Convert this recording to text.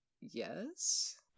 Yes